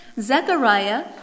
Zechariah